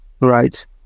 right